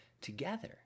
together